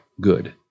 good